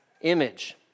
image